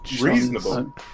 Reasonable